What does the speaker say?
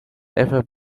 ever